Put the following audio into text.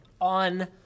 on